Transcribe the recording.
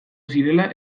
zirela